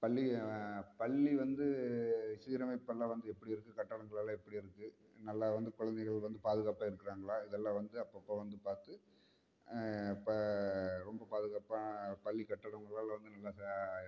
பள்ளி பள்ளி வந்து சீரமைப்பு எல்லாம் வந்து எப்படி இருக்குது கட்டிடங்கள் எல்லாம் எப்படி இருக்குது நல்லா வந்து குழந்தைகள் வந்து பாதுகாப்பாக இருக்கிறாங்களா இதெல்லாம் வந்து அப்பப்போ வந்து பார்த்து இப்போ ரொம்ப பாதுகாப்பாக பள்ளிக் கட்டிடங்களும் வந்து நல்ல